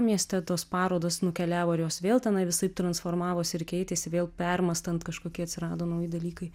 mieste tos parodos nukeliavo ir jos vėl tenai visaip transformavosi ir keitėsi vėl permąstant kažkoki atsirado nauji dalykai